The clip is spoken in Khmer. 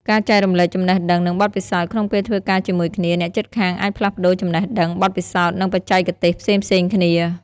ការចែករំលែកចំណេះដឹង និងបទពិសោធន៍ ក្នុងពេលធ្វើការជាមួយគ្នា អ្នកជិតខាងអាចផ្លាស់ប្តូរចំណេះដឹង បទពិសោធន៍ និងបច្ចេកទេសផ្សេងៗគ្នា។